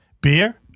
Beer